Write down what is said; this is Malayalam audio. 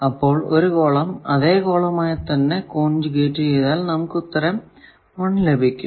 അപ്പോൾ ഒരു കോളം അതെ കോളമായി തന്നെ കോൺജുഗേറ്റ് ചെയ്താൽ നമുക്ക് ഉത്തരം 1 ലഭിക്കും